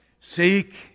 Seek